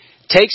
takes